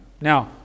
Now